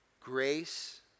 Grace